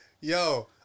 Yo